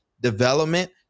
development